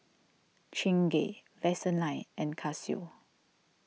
Chingay Vaseline and Casio